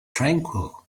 tranquil